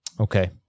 Okay